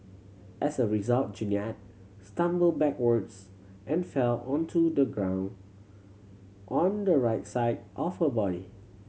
as a result Jeannette stumbled backwards and fell onto the ground on the right side of her body